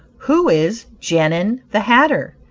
who is genin, the hatter?